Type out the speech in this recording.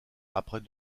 après